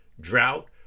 drought